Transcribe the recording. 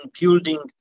building